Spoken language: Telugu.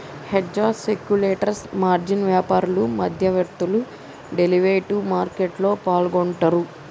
హెడ్జర్స్, స్పెక్యులేటర్స్, మార్జిన్ వ్యాపారులు, మధ్యవర్తులు డెరివేటివ్ మార్కెట్లో పాల్గొంటరు